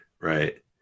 right